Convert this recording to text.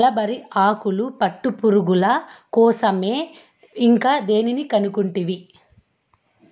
mulberry ఆకులు పట్టుపురుగుల కోసరమే ఇంకా దేని కనుకుంటివి